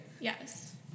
Yes